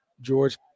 George